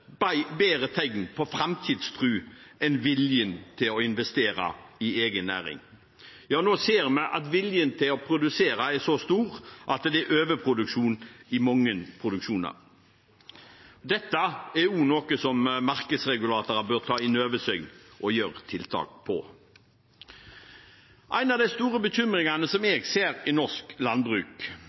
viser bedre tegn på framtidstro enn viljen til å investere i egen næring. Nå ser vi at viljen til å produsere er så stor at det er overproduksjon i mange produksjoner. Dette er noe som markedsregulatorer må ta inn over seg og sette inn tiltak mot. En av de store bekymringene jeg ser i norsk landbruk,